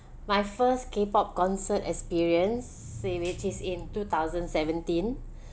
my first K pop concert experience eh which is in two thousand seventeen